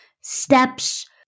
steps